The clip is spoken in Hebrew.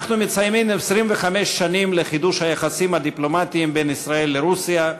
אנחנו מציינים 25 שנים לחידוש היחסים הדיפלומטיים בין ישראל לרוסיה.